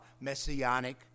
Messianic